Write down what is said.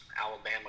Alabama